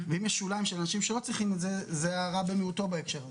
ואם יש אנשים שלא צריכים את זה זה הרע במיעוטו בהקשר הזה.